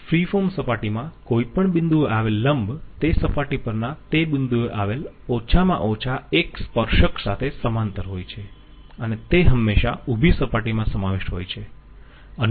free form સપાટીમાં કોઈપણ બિંદુએ આવેલ લંબ તે સપાટી પરના તે બિંદુએ આવેલ ઓછામાં ઓછા એક સ્પર્શક સાથે સમાંતર હોય છે અને તે હંમેશાં ઉભી સપાટીમાં સમાવિષ્ટ હોય છે અન્ય કોઈ માં નહીં